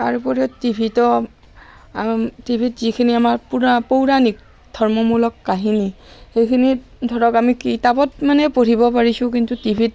তাৰ উপৰিও টি ভিতো টি ভিত যিখিনি আমাৰ পুৰা পৌৰাণিক ধৰ্মমূলক কাহিনী সেইখিনি ধৰক আমি কিতাপত মানে পঢ়িব পাৰিছোঁ কিন্তু টি ভিত